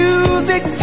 Music